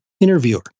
interviewer